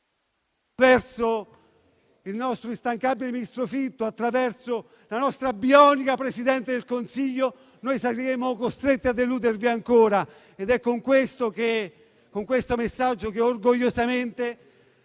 il nostro instancabile ministro Fitto e la nostra bionica Presidente del Consiglio, saremo costretti a deluderli ancora.